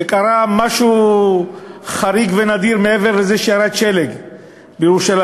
שקרה משהו חריג ונדיר מעבר לזה שירד שלג בירושלים.